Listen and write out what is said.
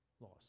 loss